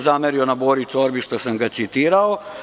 Zamerio mi je na Bori Čorbi, što sam ga citirao.